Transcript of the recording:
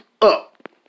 up